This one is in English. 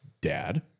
dad